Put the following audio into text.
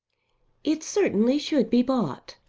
it certainly should be bought.